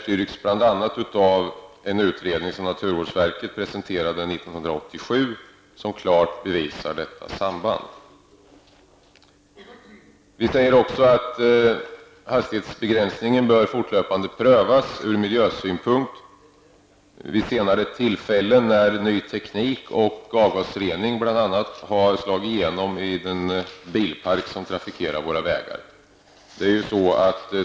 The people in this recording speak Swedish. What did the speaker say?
I bl.a. en utredning som naturvårdsverket presenterade 1987 och klart bevisas detta samband. Vi säger också att hastighetsbegränsningarna fortlöpande bör prövas ur miljösynpunkt. Bl.a. kommer ny teknik och avgasrening att slå igenom i de bilar som trafikerar våra vägar längre fram i tiden.